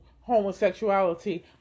homosexuality